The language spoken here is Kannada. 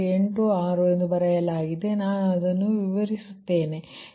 86 ಎಂದು ಬರೆಯಲಾಗಿದೆ ಅದನ್ನು ನಾನು ವಿವರಿಸುತ್ತೇನೆ